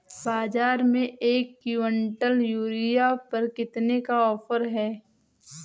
बाज़ार में एक किवंटल यूरिया पर कितने का ऑफ़र है?